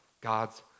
God's